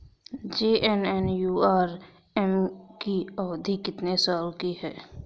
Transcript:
JNNURM की अवधि कितने साल की है?